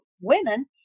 women